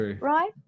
Right